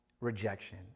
rejection